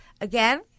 Again